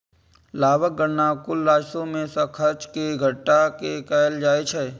लाभक गणना कुल राजस्व मे सं खर्च कें घटा कें कैल जाइ छै